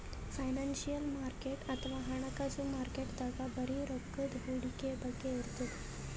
financial market ಅಥವಾ ಹಣಕಾಸ್ ಮಾರುಕಟ್ಟೆದಾಗ್ ಬರೀ ರೊಕ್ಕದ್ ಹೂಡಿಕೆ ಬಗ್ಗೆ ಇರ್ತದ್